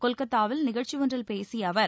கொல்கத்தாவில் நிகழ்ச்சி ஒன்றில் பேசிய அவர்